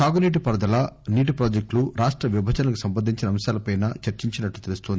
సాగు నీటిపారుదల నీటి ప్రాజెక్టులు రాష్ట విభజనకు సంబంధించిన అంశాలపై చర్సించినట్లు తెలుస్తోంది